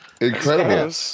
Incredible